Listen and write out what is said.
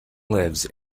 lives